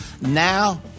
Now